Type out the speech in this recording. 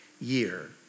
year